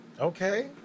Okay